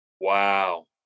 Wow